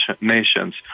Nations